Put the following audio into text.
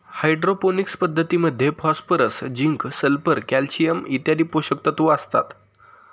hydroponics पद्धतीमध्ये phosphorus, zinc, sulphur, calcium इत्यादी पोषकतत्व असतात